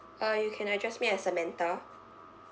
uh you can address me as samantha